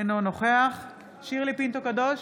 אינו נוכח שירלי פינטו קדוש,